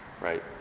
right